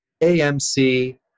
AMC